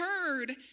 heard